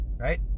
right